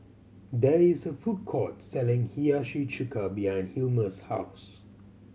there is a food court selling Hiyashi Chuka behind Hilmer's house